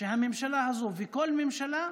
שהממשלה הזו, וכל ממשלה,